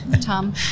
Tom